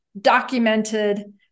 documented